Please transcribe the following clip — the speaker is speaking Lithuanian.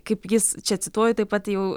kaip jis čia cituoju taip pat jau